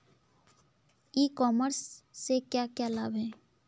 ई commerce से क्या क्या लाभ हैं?